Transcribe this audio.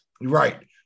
Right